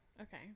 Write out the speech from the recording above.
Okay